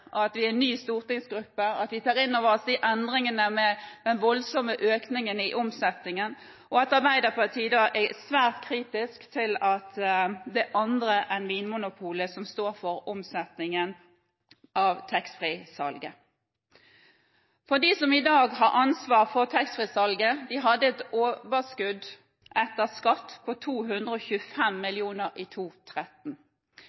at vi som nå er en ny stortingsgruppe, tar inn over oss de endringene – den voldsomme økningen i omsetningen. Arbeiderpartiet er svært kritisk til at det er andre enn Vinmonopolet som står for omsetningen av taxfree-salget. De som i dag har ansvar for taxfree-salget, hadde et overskudd etter skatt på 225